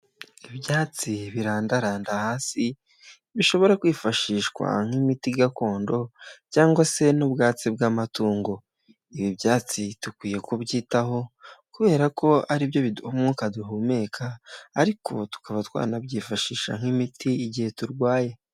Ibyatsi birandaranda hasi, bishobora kwifashishwa nk'imiti gakondo cyangwa se n'ubwatsi bw'amatungo. Ibi byatsi dukwiye kubyitaho kubera ko ari byo biduha umwuka duhumeka ariko tukaba twanabyifashisha nk'imiti igihe turwaye.